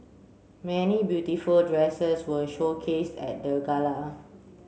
many beautiful dresses were showcased at the gala